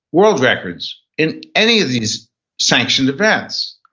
world records, in any of these sanctioned events.